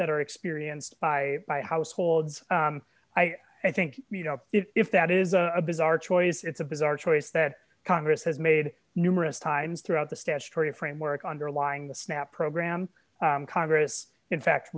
that are experienced by households i think you know if that is a bizarre choice it's a bizarre choice that congress has made numerous times throughout the statutory framework underlying the snap program congress in fact